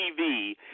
TV